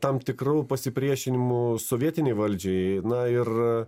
tam tikru pasipriešinimu sovietinei valdžiai na ir